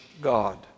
God